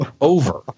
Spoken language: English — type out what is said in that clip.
over